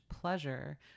pleasure